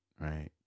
right